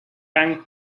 bank